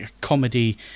comedy